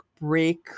break